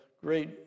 great